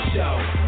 Show